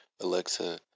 Alexa